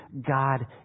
God